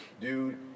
dude